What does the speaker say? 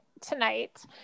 tonight